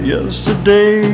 Yesterday